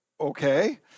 okay